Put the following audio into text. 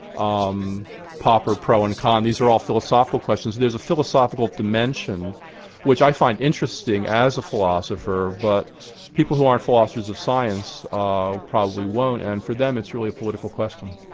um popper pro and con, these are all philosophical questions. there's a philosophical dimension which i find interesting as a philosopher, but people who aren't philosophers of science ah probably won't, and for them it's really a political question.